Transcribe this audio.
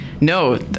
No